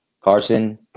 carson